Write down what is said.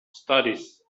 studies